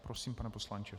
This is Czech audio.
Prosím, pane poslanče.